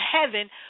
heaven